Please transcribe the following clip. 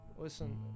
Listen